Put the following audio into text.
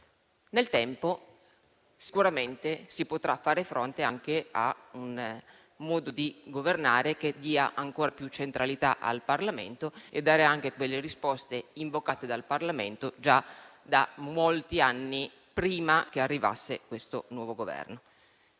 Nel tempo sicuramente si potrà fare fronte anche a un modo di governare che dia ancora più centralità al Parlamento e dare anche quelle risposte invocate dal Parlamento già da molti anni prima che arrivasse questo nuovo Governo.